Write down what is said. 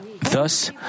Thus